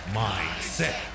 mindset